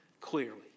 clearly